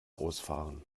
ausfahren